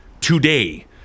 today